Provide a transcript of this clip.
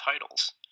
titles